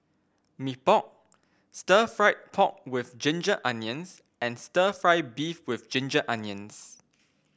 Mee Pok Stir Fried Pork with Ginger Onions and stir fry beef with Ginger Onions